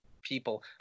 people